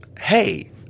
Hey